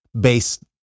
based